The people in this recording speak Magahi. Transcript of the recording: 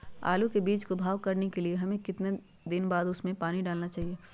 आलू के बीज के भाव करने के बाद कितने दिन बाद हमें उसने पानी डाला चाहिए?